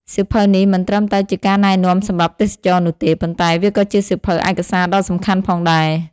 សៀវភៅនេះមិនត្រឹមតែជាការណែនាំសម្រាប់ទេសចរណ៍នោះទេ ប៉ុន្តែវាក៏ជាសៀវភៅឯកសារដ៏សំខាន់ផងដែរ។